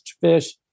fish